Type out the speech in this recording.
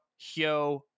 Hyo